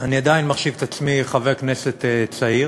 אני עדיין מחשיב את עצמי חבר כנסת צעיר,